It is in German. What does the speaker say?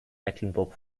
mecklenburg